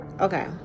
Okay